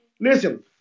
Listen